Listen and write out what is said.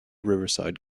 riverside